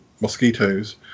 mosquitoes